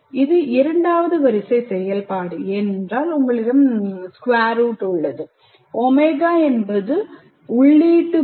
இது இரண்டாவது வரிசை செயல்பாடு ஏனெனில் உங்களிடம் square root உள்ளது ஒமேகா என்பது உள்ளீட்டு மாறி